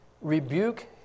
rebuke